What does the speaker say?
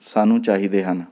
ਸਾਨੂੰ ਚਾਹੀਦੇ ਹਨ